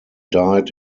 died